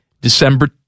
December